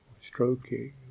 stroking